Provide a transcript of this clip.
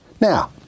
Now